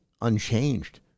unchanged